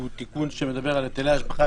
הוא תיקון שמדבר על היטלי השבחה,